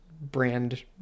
brand